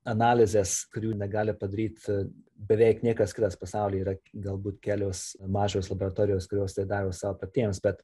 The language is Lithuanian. analizes kurių negali padaryt beveik niekas kitas pasauly yra galbūt kelios mažos laboratorijos kurios tai daro sau patiems bet